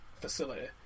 facility